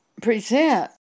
present